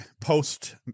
post